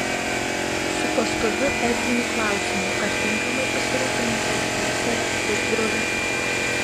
su pastoviu etiniu klausimu ar tinkamai pasirūpinai savo seseria pusbroliu